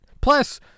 Plus